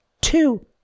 Two